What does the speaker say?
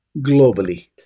globally